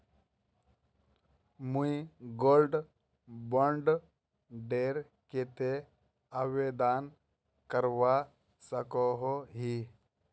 मुई gold bond डेर केते आवेदन करवा सकोहो ही?